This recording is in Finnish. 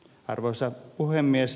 arvoisa puhemies